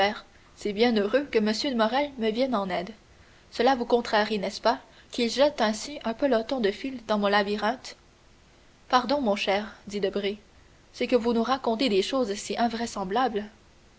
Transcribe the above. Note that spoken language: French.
c'est bien heureux que m morrel me vienne en aide cela vous contrarie n'est-ce pas qu'il jette ainsi un peloton de fil dans mon labyrinthe pardon cher ami dit debray c'est que vous nous racontez des choses si invraisemblables